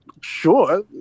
sure